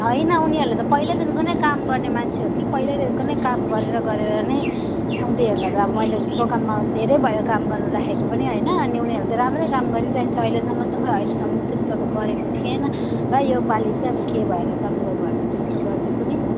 होइन उनीहरूले त पहिलादेखिको नै काम गर्ने मान्छे हो कि पहिलादेखिको नै काम गरेर गरेर नै उनीहरूलाई त अब मैले दोकानमा धेरै भयो काम गर्नु राखेको पनि होइन अनि उनीहरूले त राम्रै काम गरिरहेछ अहिलेसम्म त खै अहिलेसम्म त्यस्तो त गरेको थिएन वा योपालि चाहिँ अब के भएर तपाईँको घरमा त्यस्तो गरिदियो कुन्नि